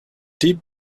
deep